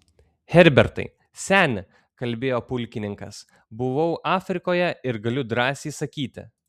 herbertai seni kalbėjo pulkininkas buvau afrikoje ir galiu drąsiai sakyti